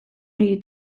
niri